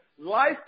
Life